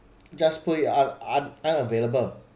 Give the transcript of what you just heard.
just put it un~ un~ unavailable